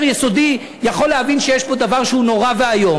יסודי יכול להבין שיש פה דבר שהוא נורא ואיום.